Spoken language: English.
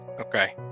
Okay